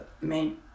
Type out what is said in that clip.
main